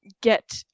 get